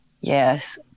Yes